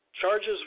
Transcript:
charges